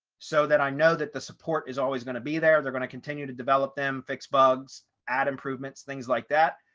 so that i know that the support is always going to be there, they're going to continue to develop them fix bugs, add improvements, things like that.